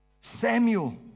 Samuel